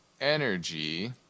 Energy